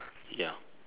ya